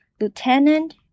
Lieutenant